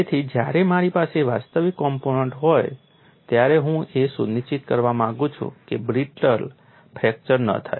તેથી જ્યારે મારી પાસે વાસ્તવિક કોમ્પોનન્ટ હોય ત્યારે હું એ સુનિશ્ચિત કરવા માંગુ છું કે બ્રિટલ ફ્રેક્ચર ન થાય